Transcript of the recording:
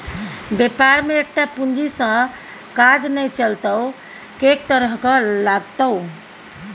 बेपार मे एकटा पूंजी सँ काज नै चलतौ कैक तरहक लागतौ